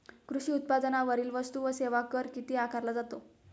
कृषी उत्पादनांवरील वस्तू व सेवा कर किती आकारला जातो?